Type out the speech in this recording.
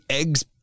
eggs